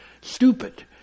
stupid